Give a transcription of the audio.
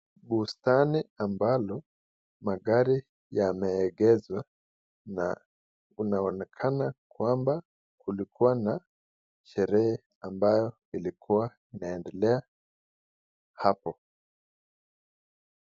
Bustani ambalo magari yameegeshwa na kunaonekana kwamba kulikuwa na sherehe ambayo ilikuwa inaendelea hapo.